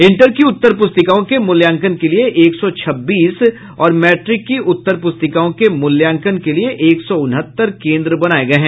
inter की उत्तर प्रस्तिकाओं के मूल्यांकन के लिये एक सौ छब्बीस और मैट्रिक की उत्तर पुस्तिकाओं के मूल्यांकन के लिये एक सौ उनहत्तर केंद्र बनाये गये हैं